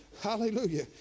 Hallelujah